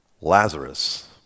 Lazarus